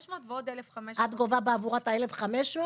ועוד 1,500 --- את גובה בעבורה את ה-1,500?